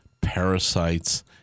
parasites